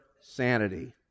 sanity